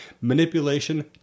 Manipulation